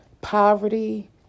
poverty